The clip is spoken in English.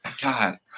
God